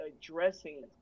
addressing